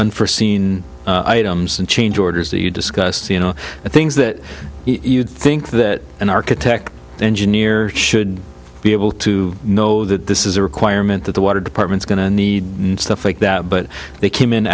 unforseen items and change orders that you discuss you know things that you'd think that an architect engineer should be able to know that this is a requirement that the water departments going to need and stuff like that but they came in